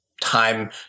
time